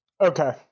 Okay